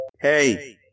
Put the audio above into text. Hey